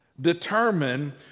determine